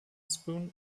spoon